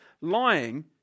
lying